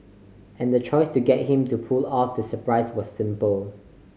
and the choice to get him to pull off the surprise was simple